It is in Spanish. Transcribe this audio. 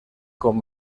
con